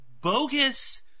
bogus